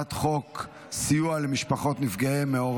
אני קובע כי הצעת חוק החיילים המשוחררים (החזרה לעבודה)